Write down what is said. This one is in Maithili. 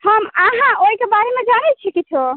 हम अहाँ ओहिके बारेमे जानै छी किछौ